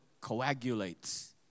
coagulates